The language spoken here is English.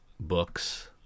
books